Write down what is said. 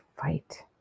fight